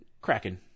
Kraken